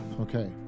Okay